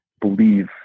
believe